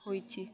ହୋଇଛି